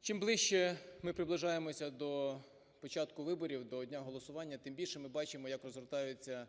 Чим ближче ми приближаємося до початку виборів, до дня голосування, тим більше ми бачимо, як розгортаються